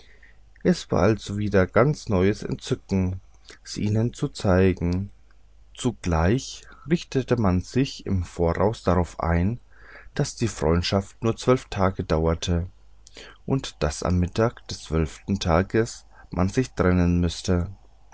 es war also wieder ganz neues entzücken sie ihnen zu zeigen zugleich richtete man sich im voraus darauf ein daß die freundschaft nur zwölf tage dauerte und daß am mittag des zwölften tages man sich trennen müßte